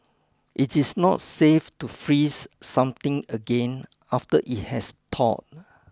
it is not safe to freeze something again after it has thawed